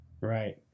Right